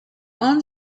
own